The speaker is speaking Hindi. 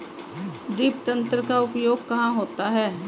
ड्रिप तंत्र का उपयोग कहाँ होता है?